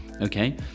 okay